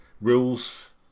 rules